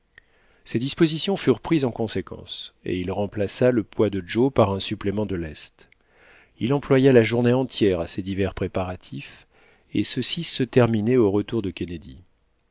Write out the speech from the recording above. ses dispositions furent prises en conséquence et il remplaça le poids de joe par un supplément de lest il employa la journée entière à ces divers préparatifs et ceux-ci se terminaient au retour de kennedy